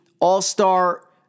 all-star